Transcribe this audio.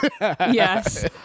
Yes